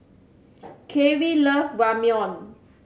Kerrie love Ramyeon